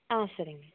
ஆ சரிங்க